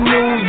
New